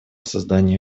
созданию